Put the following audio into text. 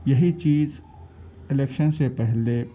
یہی چیز الیکشن سے پہلے